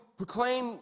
proclaim